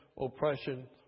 oppression